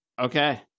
Okay